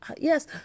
yes